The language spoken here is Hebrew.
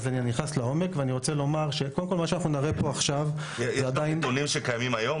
אני נכנס לעומק ואני רוצה לומר --- יש לכם נתונים שקיימים היום,